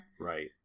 Right